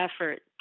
effort